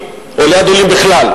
המדינות או ליד עולים בכלל.